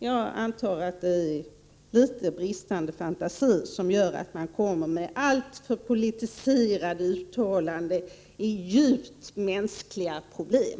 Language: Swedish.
Jag antar att det är bristande fantasi som är orsaken till att man gör alltför politiserade uttalanden om djupt mänskliga problem.